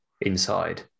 inside